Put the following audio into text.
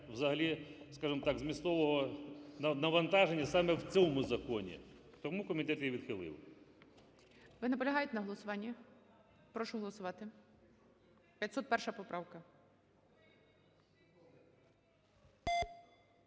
взагалі, скажемо так, змістового навантаження саме в цьому законі. Тому комітет її відхилив. ГОЛОВУЮЧИЙ. Ви наполягаєте на голосуванні? Прошу голосувати, 501 поправка.